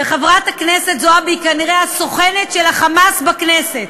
חברת הכנסת זועבי היא כנראה הסוכנת של ה"חמאס" בכנסת,